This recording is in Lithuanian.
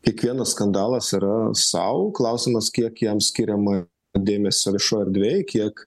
kiekvienas skandalas yra sau klausimas kiek jam skiriama dėmesio viešoj erdvėj kiek